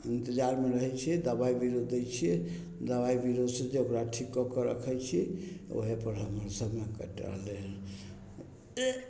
इन्तजारमे रहय छियै दबाइ बिर्रो दै छियै दबाइ बिर्रोसँ जे ओकरा ठीक कऽ के रखय छी ओहेपर हमर समय कटि रहलै हँ